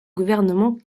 gouvernement